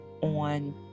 on